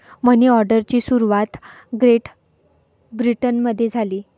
मनी ऑर्डरची सुरुवात ग्रेट ब्रिटनमध्ये झाली